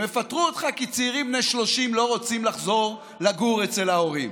הם יפטרו אותך כי צעירים בני 30 לא רוצים לחזור לגור אצל ההורים.